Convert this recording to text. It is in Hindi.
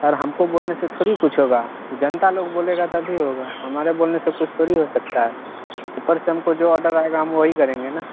और हमको बोलने से थोड़ी कुछ होगा जनता लोग बोलेंगे तभी होगा हमारे बोलने से कुछ थोड़ी हो सकता है ऊपर से हमको जो ऑर्डर आएगा हम वही करेंगे ना